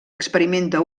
experimenta